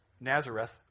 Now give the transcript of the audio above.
Nazareth